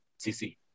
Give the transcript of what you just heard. CC